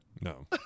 no